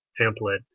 template